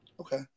Okay